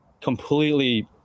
completely